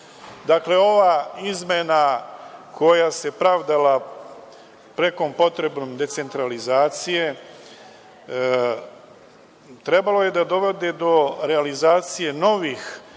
20%.Dakle, ova izmena koja se pravdala prekom potrebom decentralizacije je trebala da dovede do realizacije novih